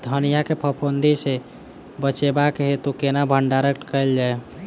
धनिया केँ फफूंदी सऽ बचेबाक हेतु केना भण्डारण कैल जाए?